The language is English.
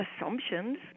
assumptions